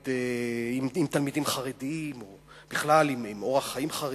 עם תלמידים חרדים או בכלל עם אורח חיים חרדי.